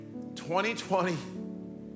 2020